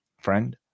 friend